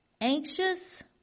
anxious